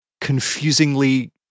confusingly